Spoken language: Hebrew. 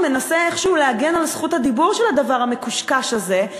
מנסה איכשהו להגן על זכות הדיבור של הדבר המקושקש הזה.